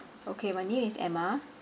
okay my name is emma